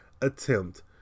attempt